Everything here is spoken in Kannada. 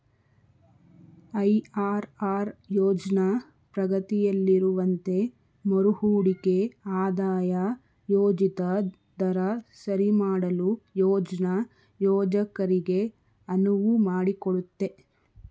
ಐ.ಆರ್.ಆರ್ ಯೋಜ್ನ ಪ್ರಗತಿಯಲ್ಲಿರುವಂತೆ ಮರುಹೂಡಿಕೆ ಆದಾಯ ಯೋಜಿತ ದರ ಸರಿಮಾಡಲು ಯೋಜ್ನ ಯೋಜಕರಿಗೆ ಅನುವು ಮಾಡಿಕೊಡುತ್ತೆ